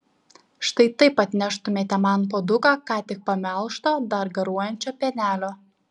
štai taip atneštumėte man puoduką ką tik pamelžto dar garuojančio pienelio